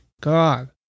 God